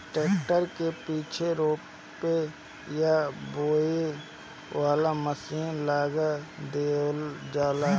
tractor के पीछे रोपे या बोवे वाला मशीन लगा देवल जाला